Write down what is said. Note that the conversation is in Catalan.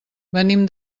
venim